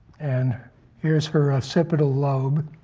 and here's her occipital lobe